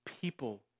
people